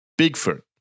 Bigfoot